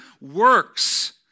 works